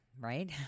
Right